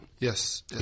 Yes